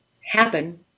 happen